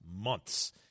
months